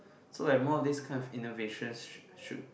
so like more of this kind of innovations should